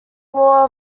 law